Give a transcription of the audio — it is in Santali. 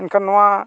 ᱮᱱᱠᱷᱟᱱ ᱱᱚᱣᱟ